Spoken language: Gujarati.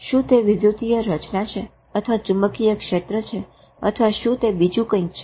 શું તે વિદ્યુતીય રચના છે અથવા ચુંબકીય ક્ષેત્ર છે અથવા શું તે બીજું કંઇક છે